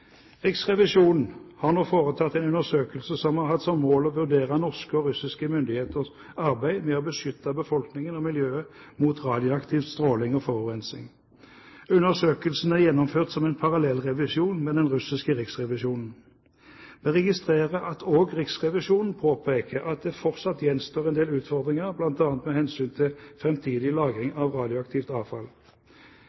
Riksrevisjonen har nå foretatt en undersøkelse som har hatt som mål å vurdere norske og russiske myndigheters arbeid med å beskytte befolkningen og miljøet mot radioaktiv stråling og forurensning. Undersøkelsene er gjennomført som en parallell revisjon med den russiske riksrevisjonen. Jeg registrerer at også Riksrevisjonen påpeker at det fortsatt gjenstår en del utfordringer, bl.a. med hensyn til framtidig lagring